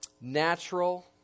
natural